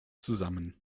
zusammen